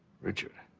richard?